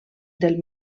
del